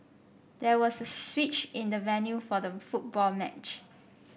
there was a switch in the venue for the football match